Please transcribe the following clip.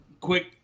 quick